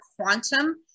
quantum